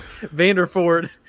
Vanderford